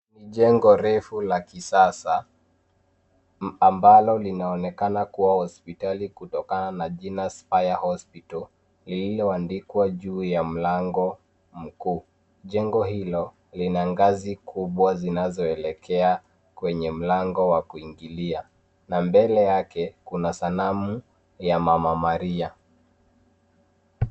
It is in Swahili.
Jengo refu la kisasa ambalo linaonekana kuwa hospitali kutokana na jina Speryer Hospital lililoandikwa juu ya mlango mkuu. Jengo hilo lina ngazi kubwa zinazoelekea kwenye mlango wa kuingilia na mbele yake kuna sanamu ya mama maria.